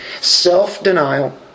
Self-denial